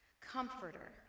comforter